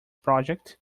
project